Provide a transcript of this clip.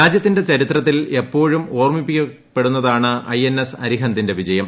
രാജ്യത്തിന്റെ ചരിത്രത്തിൽ എപ്പോഴും ഓർമ്മിക്കപ്പെടുന്നതാണ് ഐ എൻ എസ് അരിഹന്ദിന്റെ വിജയം